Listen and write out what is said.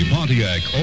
Pontiac